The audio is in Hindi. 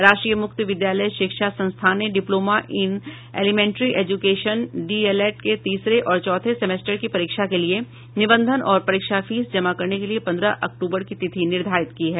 राष्ट्रीय मुक्त विद्यालय शिक्षा संस्थान ने diploma in elementary education DLEd के तीसरे और चौथे सेमेस्टर की परीक्षा के लिये निबंधन और परीक्षा फीस जमा करने के लिये पंद्रह अक्टूबर की तिथि निर्धारित की है